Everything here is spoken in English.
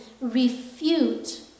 refute